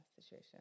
situation